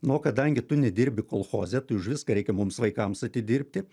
nu o kadangi tu nedirbi kolchoze tai už viską reikia mums vaikams atidirbti